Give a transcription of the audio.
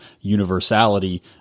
universality